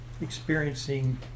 experiencing